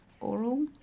oral